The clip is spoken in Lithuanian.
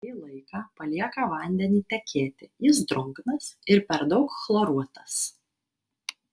kurį laiką palieka vandenį tekėti jis drungnas ir per daug chloruotas